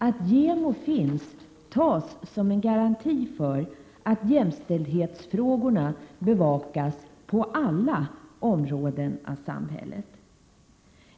Att JämO finns tas som en garanti för att jämställdhetsfrågorna bevakas på alla områden i samhället.